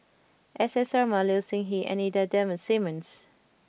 S S Sarma Low Siew Nghee and Ida Simmons